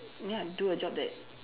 ya do a job that